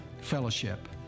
fellowship